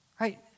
right